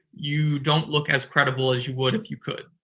you don't look as credible as you would if you could.